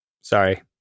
Sorry